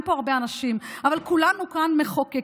אין פה הרבה אנשים, אבל כולנו כאן מחוקקים.